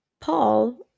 Paul